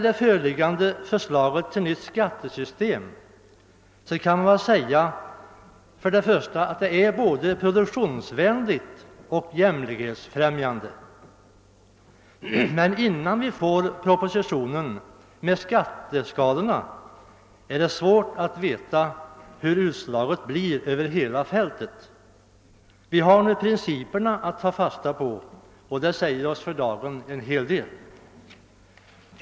Det föreliggande förslaget till ett nytt skattesystem är både produktionsvänligt och jämlikhetsbefrämjande. Innan vi får propositionen med de utarbetade skatteskalorna på bordet är det svårt att veta hur utslaget blir över hela fältet. Naturligtvis har vi bara att ta fasta på själva principerna, men för dagen säger oss dessa en hel del.